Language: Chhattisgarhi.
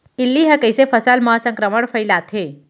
इल्ली ह कइसे फसल म संक्रमण फइलाथे?